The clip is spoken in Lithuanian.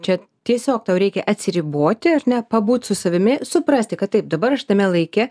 čia tiesiog tau reikia atsiriboti ar ne pabūt su savimi suprasti kad taip dabar aš tame laike